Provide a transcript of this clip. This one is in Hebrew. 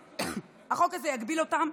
החוק הזה יגביל אותם,